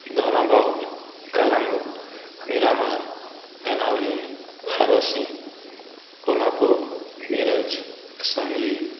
Dona Paula Calangute Miramar Benaulim Arossim Kolhapur Miraj Sangli